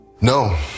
No